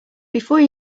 before